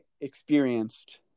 experienced